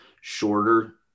shorter